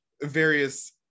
various